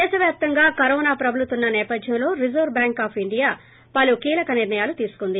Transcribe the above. దేశవ్యాప్తంగా కరోనా ప్రబలుతున్న నేపథ్యంలో reserve bank of India RBI పలు కీలక నిర్ణయాలు తీసుకుంది